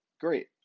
Great